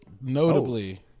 notably